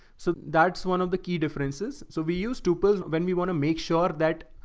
so that's one of the key differences. so we use two pills when we want to make sure that,